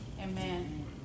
Amen